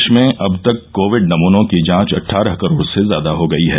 देश में अब तक कोविड नमूनों की जांच अट्ठारह करोड से ज्यादा हो गई है